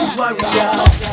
warriors